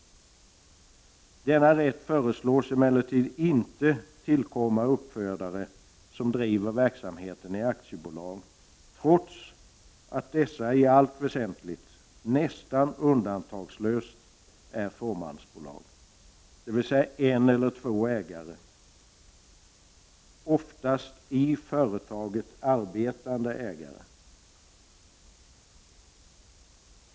Denna rätt föreslås emellertid inte tillkomma uppfödare som bedriver verksamhet i aktiebolagsform, trots att dessa i allt väsentligt nästan undantagslöst är fåmansbolag med en eller två ägare — oftast i företaget arbetande ägare.